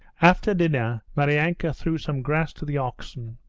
after dinner maryanka threw some grass to the oxen,